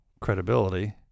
credibility